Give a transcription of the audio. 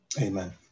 amen